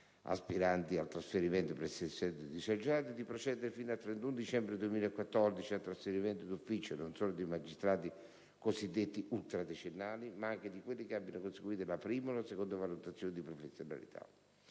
aspiranti al trasferimento presso le sedi disagiate, di procedere, fino al 31 dicembre 2014, al trasferimento d'ufficio non solo dei magistrati cosiddetti ultradecennali, ma anche di quelli che abbiano conseguito la prima o la seconda valutazione di professionalità.